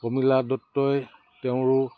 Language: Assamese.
পমিলা দত্তই তেওঁৰো